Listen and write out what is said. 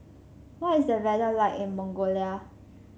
what is the weather like in Mongolia